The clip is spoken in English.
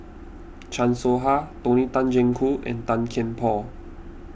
Chan Soh Ha Tony Tan Keng Joo and Tan Kian Por